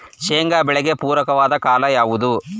ಶೇಂಗಾ ಬೆಳೆಗೆ ಪೂರಕವಾದ ಕಾಲ ಯಾವುದು?